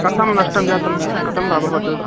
कथं नष्टं जातम् कथम् अभवत्